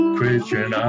Christian